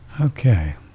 Okay